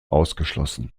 ausgeschlossen